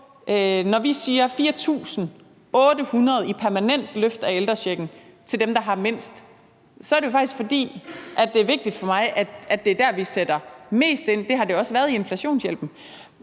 Når vi siger 4.800 kr. i permanent løft af ældrechecken til dem, der har mindst, er det faktisk, fordi det er vigtigt for mig, at det er der, hvor vi sætter mest ind. Det har det også været i inflationshjælpen.